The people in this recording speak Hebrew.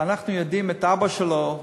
ואנחנו יודעים על אבא שלו,